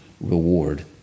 reward